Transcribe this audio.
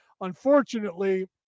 Unfortunately